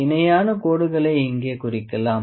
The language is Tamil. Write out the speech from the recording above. இணையான கோடுகளை இங்கே குறிக்கலாம்